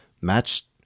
match